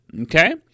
okay